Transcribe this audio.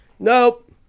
Nope